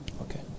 Okay